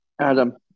Adam